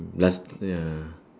last ya